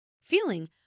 Feeling